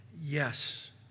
yes